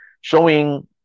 showing